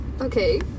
okay